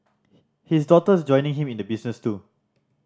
his daughter's joining him in the business too